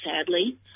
sadly